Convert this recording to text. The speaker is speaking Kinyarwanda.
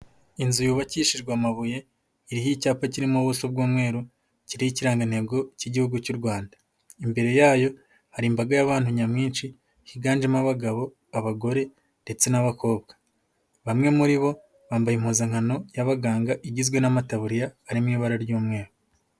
Inzu yubakishijwe amabuye, iriho icyapa kirimo ubuso bw'umweru, kiriho ikirangantego cy'igihugu cy'u Rwanda, imbere yayo hari imbaga y'abantu nyamwinshi, higanjemo abagabo, abagore ndetse n'abakobwa, bamwe muri bo bambaye impuzankano y'abaganga, igizwe n'amataburiya ari mu ibara ry'umweru.